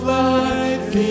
life